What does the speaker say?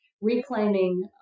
reclaiming